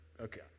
okay